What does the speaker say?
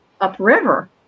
upriver